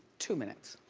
two minutes.